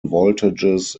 voltages